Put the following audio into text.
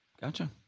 Gotcha